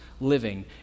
living